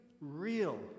real